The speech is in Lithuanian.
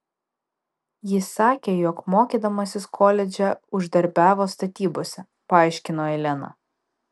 jis sakė jog mokydamasis koledže uždarbiavo statybose paaiškino elena